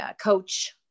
coach